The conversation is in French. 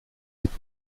êtes